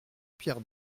pierre